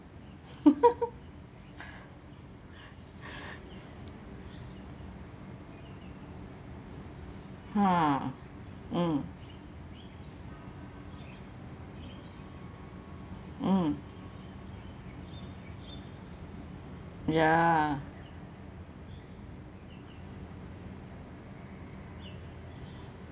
!huh! mm mm ya